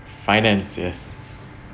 finance yes